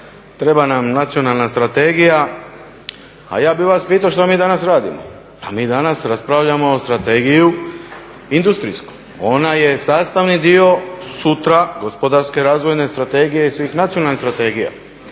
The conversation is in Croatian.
Treba nam nacionalna strategija a ja bih vas pitao što mi danas radimo, pa mi danas raspravljamo strategiju industrijsku. Ona je sastavni dio sutra gospodarske razvojne strategije i svih nacionalnih strategija.